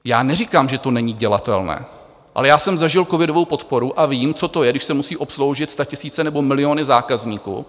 Já neříkám, že to není dělatelné, ale já jsem zažil covidovou podporu a vím, co to je, když se musí obsloužit statisíce nebo miliony zákazníků.